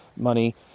money